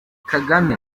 kagame